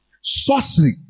Sorcery